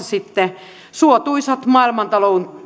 sitten suotuisat maailmantalouden